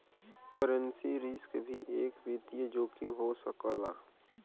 currency risk भी एक वित्तीय जोखिम हो सकला